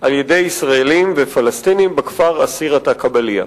על-ידי ישראלים ופלסטינים בכפר עסירה-א-קבליה.